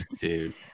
dude